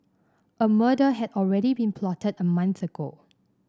a murder had already been plotted a month ago